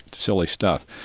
silly stuff.